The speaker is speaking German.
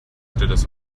stilles